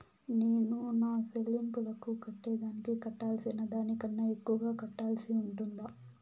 నేను నా సెల్లింపులకు కట్టేదానికి కట్టాల్సిన దానికన్నా ఎక్కువగా కట్టాల్సి ఉంటుందా?